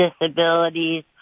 disabilities